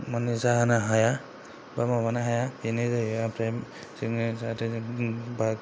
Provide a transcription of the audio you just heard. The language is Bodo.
माने जाहोनो हाया एबा माबानो हाया बेनो जाहैबाय ओमफ्राय जोङो जाहाथे जोङो